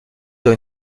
dans